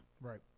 Right